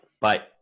Bye